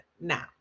Now